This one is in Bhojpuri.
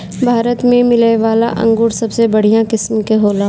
भारत में मिलेवाला अंगूर सबसे बढ़िया किस्म के होला